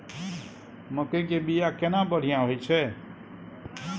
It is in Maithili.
मकई के बीया केना बढ़िया होय छै?